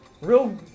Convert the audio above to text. real